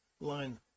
line